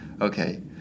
Okay